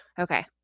Okay